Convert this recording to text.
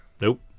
Nope